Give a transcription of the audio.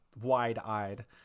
wide-eyed